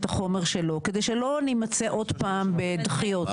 החומר שלו כדי שלא נימצא עוד פעם בדחיות?